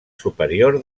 superior